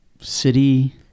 city